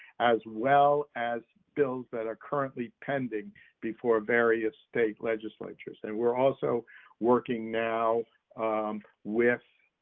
as well as bills that are currently pending before various state legislatures, and we're also working now with,